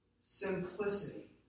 Simplicity